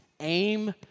aim